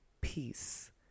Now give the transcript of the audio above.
peace